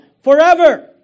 Forever